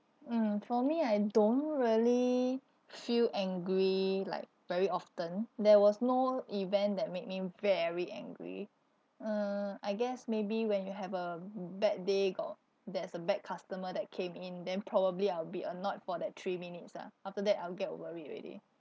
mm for me I don't really feel angry like very often there was no event that made me very angry uh I guess maybe when you have a b~ bad day got there's a bad customer that came in then probably I'll be annoyed for that three minutes ah after that I'll get worried already